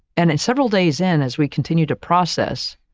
and it several days in as we continue to process,